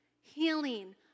healing